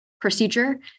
procedure